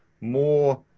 more